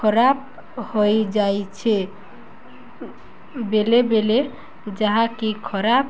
ଖରାପ ହୋଇଯାଇଛେ ବେଳେ ବେଳେ ଯାହାକି ଖରାପ